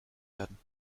werden